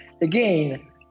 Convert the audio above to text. Again